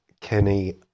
Kenny